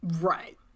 Right